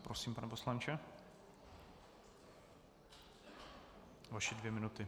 Prosím, pane poslanče, vaše dvě minuty.